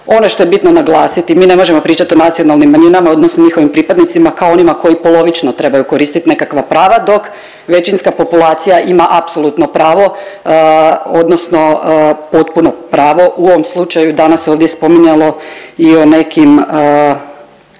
Ono što je bitno naglasiti, mi ne možemo pričat o nacionalnim manjinama odnosno njihovim pripadnicima kao onima koji polovično trebaju koristit nekakva prava dok većinska populacija ima apsolutno pravo odnosno potpuno pravo u ovom slučaju, danas se ovdje spominjalo i o nekim